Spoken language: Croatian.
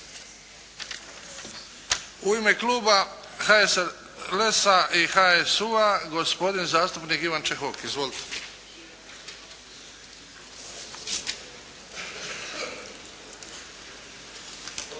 U ime kluba HSLS-a i HSU-a gospodin zastupnik Ivan Čehok. Izvolite.